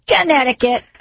Connecticut